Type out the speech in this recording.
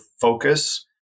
focus